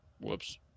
whoops